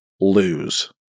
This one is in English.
lose